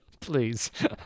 Please